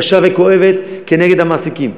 קשה וכואבת כנגד המעסיקים.